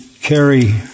carry